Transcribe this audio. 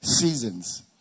seasons